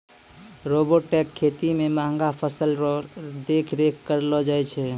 robotic खेती मे महंगा फसल रो देख रेख करलो जाय छै